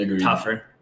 tougher